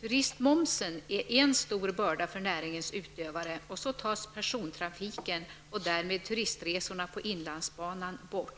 Turistmomsen är en stor börda för näringens utövande, och så tas persontrafiken och därmed turisresorna på inlandsbanan bort.